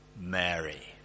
Mary